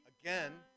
again